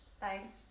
thanks